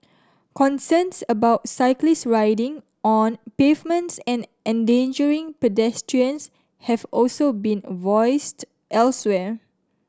concerns about cyclists riding on pavements and endangering pedestrians have also been voiced elsewhere